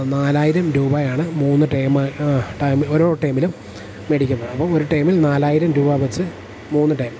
നാലായിരം രൂപയാണ് മൂന്ന് ഓരോ ടേമിലും മേടിക്കുന്നത് അപ്പം ഒരു ടേമിൽ നാലായിരം രൂപ വെച്ച് മൂന്ന് ടേം